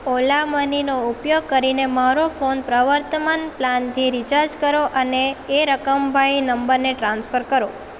ઓલા મનીનો ઉપયોગ કરીને મારો ફોન પ્રવર્તમાન પ્લાનથી રીચાર્જ કરો અને એ રકમ ભાઈ નંબરને ટ્રાન્સફર કરો